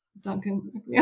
Duncan